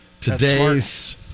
Today's